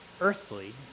earthly